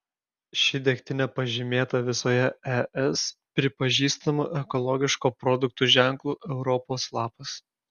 ši degtinė pažymėta visoje es pripažįstamu ekologiško produkto ženklu europos lapas